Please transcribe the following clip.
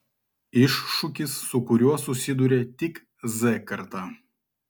iššūkis su kuriuo susiduria tik z karta